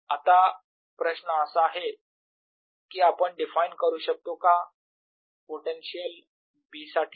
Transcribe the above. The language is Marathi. आता प्रश्न असा आहे की आपण डिफाइन करू शकतो का पोटेन्शियल B साठी